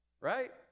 Right